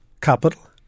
capital